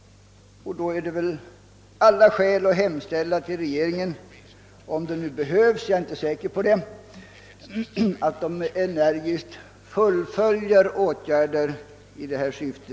Då finns det väl allt skäl att hemställa till regeringen — om det nu behövs — att den energiskt fullföljer åtgärderna i detta syfte.